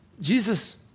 Jesus